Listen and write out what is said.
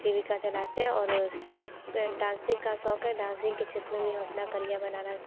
जीविका चलाते हैं और डांसिंग का शौक़ है डांसिंग के क्षेत्र में भी हम अपना कैरियर बनाना